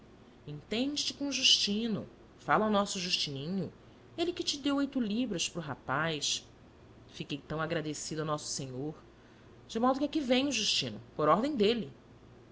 entende te com o justino fala ao nosso justininho ele que te dê oito libras para o rapaz fiquei tão agradecido a nosso senhor de modo que aqui venho justino por ordem d'ele